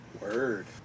word